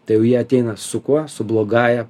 tai jau jie ateina su kuo su blogąja